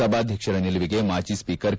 ಸಭಾಧ್ಯಕ್ಷರ ನಿಲುವಿಗೆ ಮಾಜಿ ಸ್ನೀಕರ್ ಕೆ